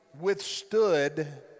withstood